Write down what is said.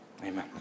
amen